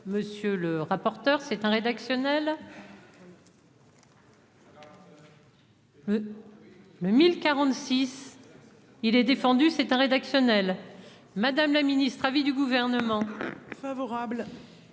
monsieur le rapporteur, c'est un rédactionnelle. Le 1046 il est défendu, c'est un rédactionnel, madame la ministre, avis du Gouvernement favorable